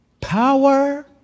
power